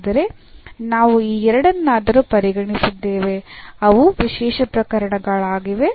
ಆದರೆ ನಾವು ಈ ಎರಡನ್ನಾದರೂ ಪರಿಗಣಿಸಿದ್ದೇವೆ ಅವು ವಿಶೇಷ ಪ್ರಕರಣಗಳಾಗಿವೆ